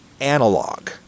analog